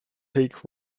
peak